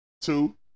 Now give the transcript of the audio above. two